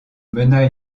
mena